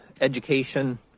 education